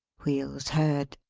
wheels heard.